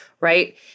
right